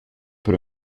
per